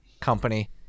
company